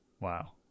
Wow